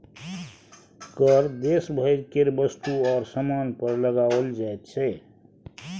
कर देश भरि केर वस्तु आओर सामान पर लगाओल जाइत छै